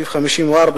סעיף 54 לחוק,